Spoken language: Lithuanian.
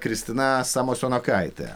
kristina samasionokaitė